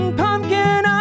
pumpkin